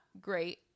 great